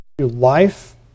life